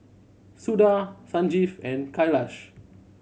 Suda Sanjeev and Kailash